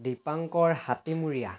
Dipankar Hatimuria